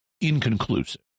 inconclusive